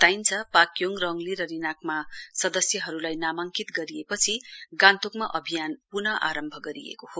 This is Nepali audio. बताइन्छ पाक्योङ रङली र रिनाकमा सदस्यहरूलाई नामाङ्कित गरिएपछि गान्तोकमा अभियान प्न आरम्भ गरिएको हो